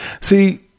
See